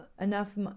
enough